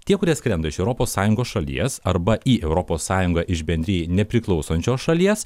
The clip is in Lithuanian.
tie kurie skrenda iš europos sąjungos šalies arba į europos sąjungą iš bendrijai nepriklausančios šalies